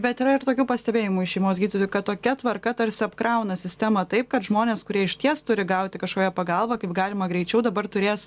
bet yra ir tokių pastebėjimų iš šeimos gydytojų kad tokia tvarka tarsi apkrauna sistemą taip kad žmonės kurie išties turi gauti kažkokią pagalbą kaip galima greičiau dabar turės